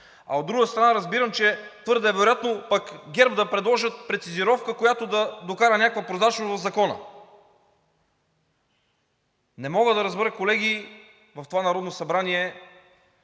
А от друга страна, разбирам, че твърде е вероятно пък ГЕРБ да предложат прецизировка, която да докара някаква прозрачност в Закона. Не мога да разбера, колеги, в това Народно събрание